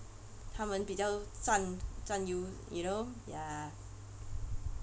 他们比较占优 you know ya